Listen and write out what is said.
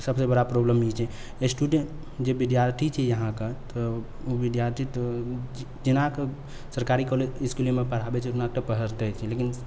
सबसँ बड़ा प्रॉब्लम ई छै स्टुडेन्ट जे विद्यार्थी छै यहाँके तऽ उ विद्यार्थी तऽ जेना कऽ सरकारी कॉलेज इसकुलमे पढ़ाबै उतना तऽ पढ़ते छै लेकिन